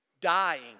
dying